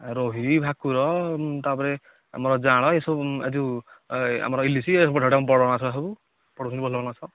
ରୋହି ଭାକୁର ତା'ପରେ ଆମର ଯାଆଁଳ ଏସବୁ ଯେଉଁ ଏ ଆମର ଇଲିଶି ବଢ଼ିଆ ବଢ଼ିଆ ବଡ଼ ବଡ଼ ମାଛ ସବୁ ପଡ଼ୁଛନ୍ତି ଭଲ ଭଲ ମାଛ